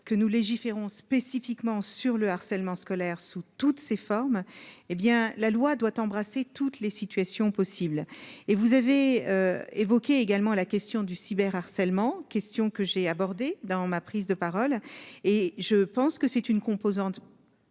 que nous légiférons spécifiquement sur le harcèlement scolaire sous toutes ses formes, hé bien la loi doit embrasser toutes les situations possibles, et vous avez évoqué également à la question du cyber harcèlement question que j'ai abordé dans ma prise de parole et je pense que c'est une composante.